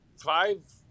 five